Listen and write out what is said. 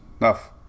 Enough